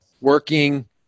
working